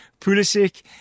Pulisic